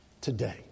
today